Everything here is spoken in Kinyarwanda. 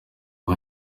ubu